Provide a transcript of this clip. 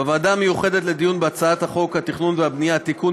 בוועדה המיוחדת לדיון בהצעת חוק התכנון והבנייה (תיקון,